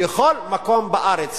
לכל מקום בארץ,